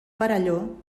perelló